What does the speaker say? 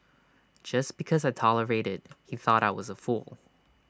just because I tolerated he thought I was A fool